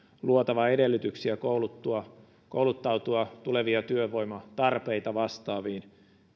luotava edellytyksiä kouluttautua kouluttautua tulevia työvoimatarpeita vastaaviin